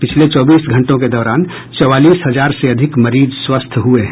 पिछले चौबीस घंटों के दौरान चौवालीस हजार से अधिक मरीज स्वस्थ हुए हैं